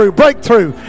breakthrough